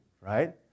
right